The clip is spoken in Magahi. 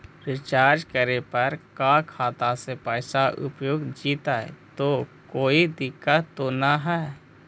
रीचार्ज करे पर का खाता से पैसा उपयुक्त जितै तो कोई दिक्कत तो ना है?